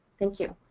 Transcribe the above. thank you.